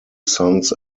sons